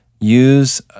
use